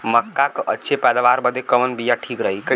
मक्का क अच्छी पैदावार बदे कवन बिया ठीक रही?